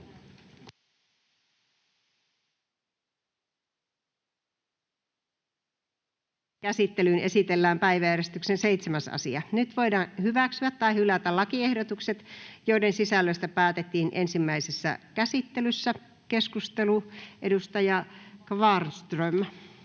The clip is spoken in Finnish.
käsittelyyn esitellään päiväjärjestyksen 7. asia. Nyt voidaan hyväksyä tai hylätä lakiehdotukset, joiden sisällöstä päätettiin ensimmäisessä käsittelyssä. — Keskustelu, edustaja Kvarnström.